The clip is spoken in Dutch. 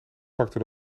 pakte